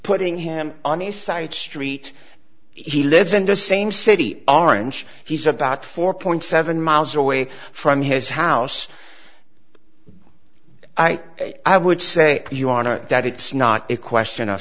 putting him on a side street he lives in the same city orange he's about four point seven miles away from his house i i would say you honor that it's not a question of